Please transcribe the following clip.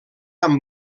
amb